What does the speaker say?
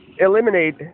eliminate